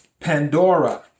Pandora